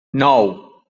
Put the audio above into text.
nou